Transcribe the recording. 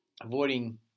avoiding